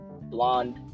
blonde